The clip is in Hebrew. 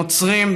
נוצרים,